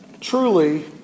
Truly